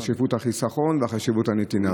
חשיבות החיסכון וחשיבות הנתינה.